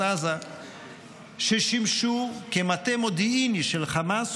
עזה ששימשו כמטה מודיעיני של חמאס